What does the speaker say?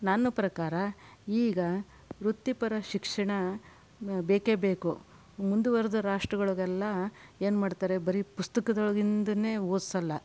ನನ್ನ ಪ್ರಕಾರ ಈಗ ವೃತ್ತಿಪರ ಶಿಕ್ಷಣ ಬೇಕೇ ಬೇಕು ಮುಂದುವರಿದ ರಾಷ್ಟ್ರಗಳಿಗೆಲ್ಲ ಏನು ಮಾಡ್ತಾರೆ ಬರೀ ಪುಸ್ತಕದೊಳಗಿನದನ್ನೇ ಓದ್ಸಲ್ಲ